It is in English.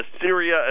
Syria